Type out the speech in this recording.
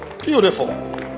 Beautiful